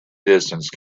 distance